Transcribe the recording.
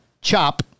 Chop